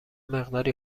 مقداری